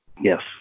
Yes